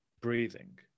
breathing